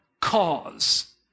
cause